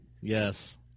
Yes